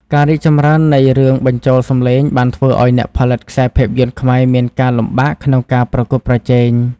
ការរីកចម្រើននៃរឿងបញ្ចូលសម្លេងបានធ្វើឲ្យអ្នកផលិតខ្សែភាពយន្តខ្មែរមានការលំបាកក្នុងការប្រកួតប្រជែង។